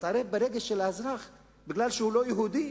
להתערב ברגש של האזרח בגלל שהוא לא יהודי?